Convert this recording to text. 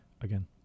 Again